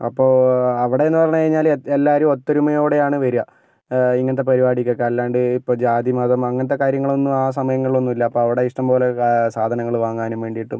അപ്പോൾ അവിടെ നിന്ന് പറഞ്ഞ് കഴിഞ്ഞാൽ എല്ലാവരും ഒത്തൊരുമയോടെ ആണ് വരിക ഇങ്ങനത്തെ പരിപാടിക്കൊക്കെ അല്ലാണ്ട് ഇപ്പോൾ ജാതിമതം അങ്ങനത്തെ കാര്യങ്ങളൊന്നും ആ സമയങ്ങളിൽ ഒന്നുമില്ല അപ്പോൾ അവിടെ ഇഷ്ടംപോലെ സാധനങ്ങൾ വാങ്ങാനും വേണ്ടിയിട്ടും